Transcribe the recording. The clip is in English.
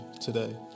today